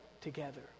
together